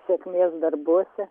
sėkmės darbuose